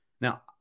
Now